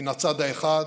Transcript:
מן הצד האחד,